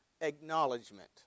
acknowledgement